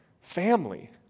family